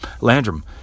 Landrum